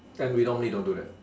and we normally don't do that